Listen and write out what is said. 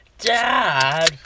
Dad